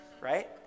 right